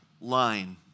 line